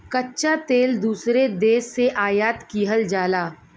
कच्चा तेल दूसरे देश से आयात किहल जाला